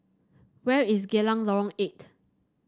where is Geylang Lorong Eight